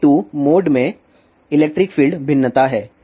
यह TE2 mode में electric field भिन्नता है